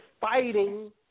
fighting